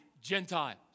Gentiles